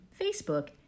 Facebook